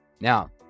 Now